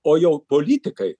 o jau politikai